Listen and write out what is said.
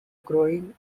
growing